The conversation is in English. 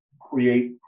create